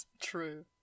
True